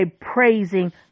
praising